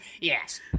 yes